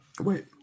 Wait